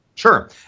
Sure